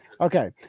Okay